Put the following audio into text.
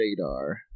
Radar